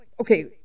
okay